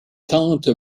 tentes